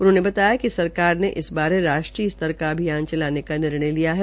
उन्होंने बताया कि सरकार ने संविधान राष्टीय स्तर का अभियान चलाने का निर्णय लिया है